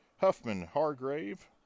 Huffman-Hargrave